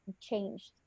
changed